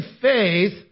faith